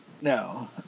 no